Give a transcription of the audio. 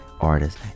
artist